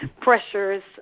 pressures